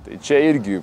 tai čia irgi